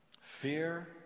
Fear